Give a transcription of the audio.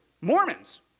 Mormons